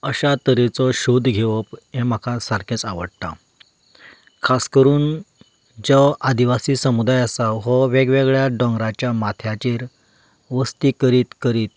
अशा तरेचो सोध घेवप हें म्हाका सारकेंच आवडटा खास करून जो आदीवासी समुदाय आसा हो वेगवेगळ्या दोंगराच्या माथ्याचेर वस्ती करीत करीत